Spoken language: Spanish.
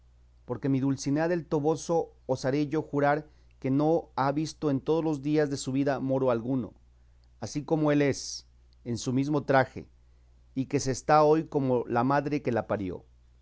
porque mi dulcinea del toboso osaré yo jurar que no ha visto en todos los días de su vida moro alguno ansí como él es en su mismo traje y que se está hoy como la madre que la parió